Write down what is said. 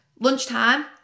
lunchtime